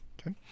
Okay